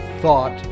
thought